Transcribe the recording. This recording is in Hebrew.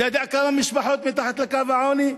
אתה יודע כמה משפחות מתחת לקו העוני?